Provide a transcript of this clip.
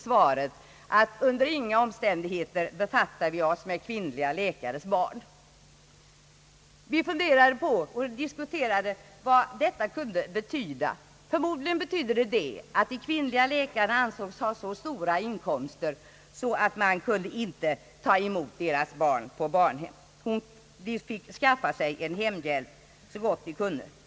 Svaret blev: »Under inga omständigheter befattar vi oss med kvinnliga läkares barn.» Hon funderade på vad detta kunde innebära. Förmodligen innebar det att de kvinnliga läkarna ansågs ha så stora inkomster att man inte kunde ta emot deras barn på daghem — de fick skaffa sig en hembjälp så gott de kunde.